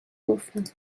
گفتن